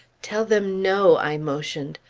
tell them no! i motioned.